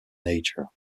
nature